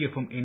എഫും എൻ